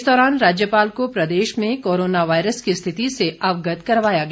इस दौरान राज्यपाल को प्रदेश में कोरोना वायरस की स्थिति से अवगत करवाया गया